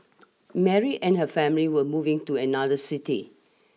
Mary and her family were moving to another city